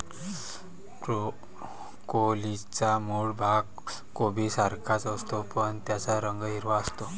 ब्रोकोलीचा मूळ भाग कोबीसारखाच असतो, पण त्याचा रंग हिरवा असतो